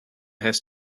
has